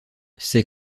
ces